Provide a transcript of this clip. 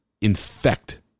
infect